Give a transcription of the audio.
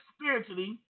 spiritually